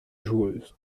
joueuse